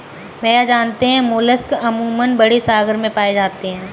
भैया जानते हैं मोलस्क अमूमन बड़े सागर में पाए जाते हैं